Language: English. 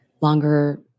longer